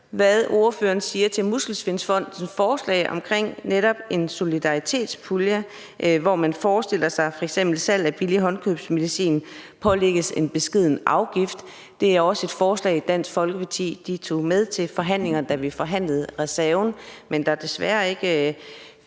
hvad ordføreren siger til Muskelsvindfondens forslag om en solidaritetspulje, hvor man forestiller sig, at f.eks. salg af billig håndkøbsmedicin pålægges en beskeden afgift. Det var også et forslag, som Dansk Folkeparti tog med til forhandlingerne, da vi forhandlede om reserven, men der var desværre ikke flertal